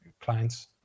clients